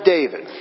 David